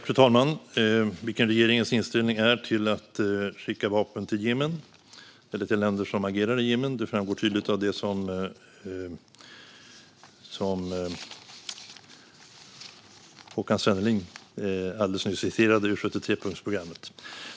Fru talman! Vad regeringens inställning är till att skicka vapen till Jemen eller till länder som agerar i Jemen framgår tydligt av det som Håkan Svenneling alldeles nyss citerade ur 73-punktsprogrammet.